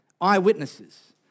eyewitnesses